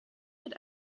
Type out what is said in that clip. mit